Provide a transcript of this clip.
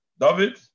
David